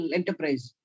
enterprise